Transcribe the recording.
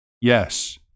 yes